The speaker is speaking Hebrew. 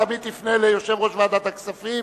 תמיד תפנה ליושב-ראש ועדת הכספים,